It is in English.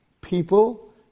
People